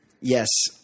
Yes